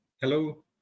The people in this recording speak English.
hello